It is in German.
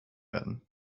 werden